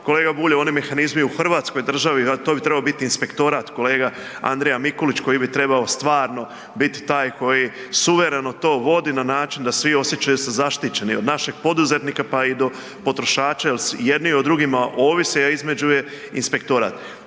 kolega Bulj oni mehanizmi u Hrvatskoj državi, a to bi trebao biti inspektorat, kolega Andrija Mikulić, koji bi trebao stvarno bit taj koji suvereno to vodi na način da svi osjećaju se zaštićeni od našeg poduzetnika pa i do potrošača jer jedni o drugima ovise, a između je inspektorat.